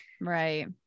Right